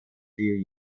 few